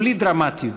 בלי דרמטיות.